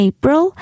April